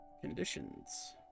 Conditions